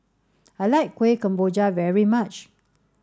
I like Kuih Kemboja very much